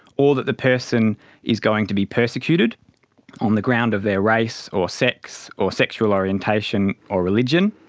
or that the person is going to be persecuted on the ground of their race or sex or sexual orientation or religion.